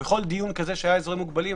בכל דיון כזה על אזורים מוגבלים,